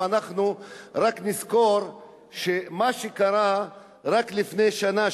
אם אנחנו רק נזכור מה שקרה רק לפני שנה,